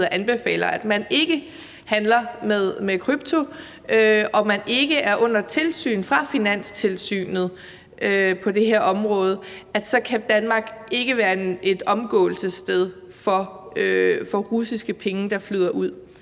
anbefaler, at man ikke handler med kryptovaluta, og når man ikke er under tilsyn fra Finanstilsynet på det her område – at Danmark ikke kan være en omgåelsessted for russiske penge, der flyder ud,